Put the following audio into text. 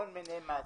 וכל מיני מטלות.